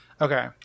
Okay